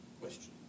question